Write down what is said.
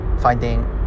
finding